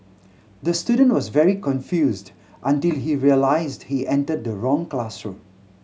the student was very confused until he realised he entered the wrong classroom